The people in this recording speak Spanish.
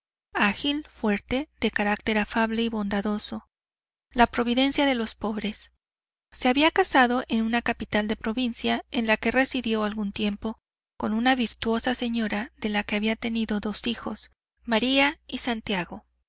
ágil fuerte de carácter afable y bondadoso la providencia de los pobres se había casado en una capital de provincia en la que residió algún tiempo con una virtuosa señora de la que había tenido dos hijos maría y santiago